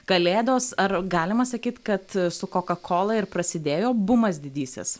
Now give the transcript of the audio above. kalėdos ar galima sakyt kad su koka kola ir prasidėjo bumas didysis